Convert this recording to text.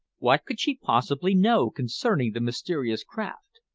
what could she possibly know concerning the mysterious craft?